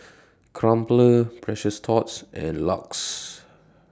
Crumpler Precious Thots and LUX